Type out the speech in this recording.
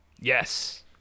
Yes